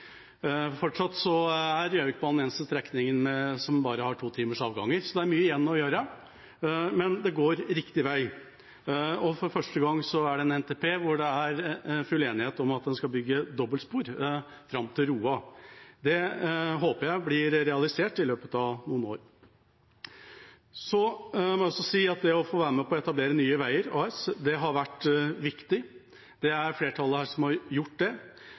Fortsatt er Gjøvikbanen den eneste strekningen som bare har totimersavganger, så det er mye igjen å gjøre, men det går riktig vei. Og for første gang er det en NTP hvor det er full enighet om at en skal bygge dobbeltspor fram til Roa. Det håper jeg blir realisert i løpet av noen år. Så må jeg også si at det å få være med på å etablere Nye Veier AS har vært viktig. Det er flertallet her som har gjort det.